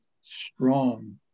strong